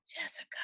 Jessica